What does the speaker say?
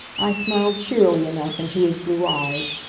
i smiled cheerily enough into his blue eyes.